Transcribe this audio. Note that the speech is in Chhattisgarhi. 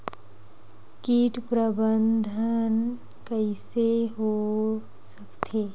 कीट प्रबंधन कइसे हो सकथे?